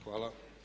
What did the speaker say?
Hvala.